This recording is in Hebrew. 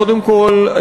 קודם כול,